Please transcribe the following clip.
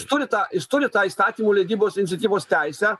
jis turi tą jis turi tą įstatymų leidybos iniciatyvos teisę